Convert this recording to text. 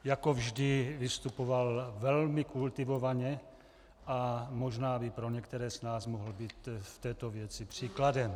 Jako vždy vystupoval velmi kultivovaně a možná by pro některé z nás mohl být v této věci příkladem.